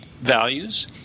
values